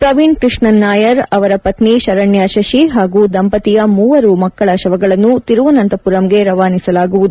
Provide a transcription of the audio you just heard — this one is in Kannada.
ಪ್ರವೀಣ್ ಕೃಷ್ಣನ್ ನಾಯರ್ ಅವರ ಪತ್ತಿ ಶರಣ್ಯ ಶಶಿ ಹಾಗೂ ದಂಪತಿಯ ಮೂವರು ಮಕ್ಕಳ ಶವಗಳನ್ನು ತಿರುವನಂತಪುರಂಗೆ ರವಾನಿಸಲಾಗುವುದು